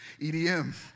EDM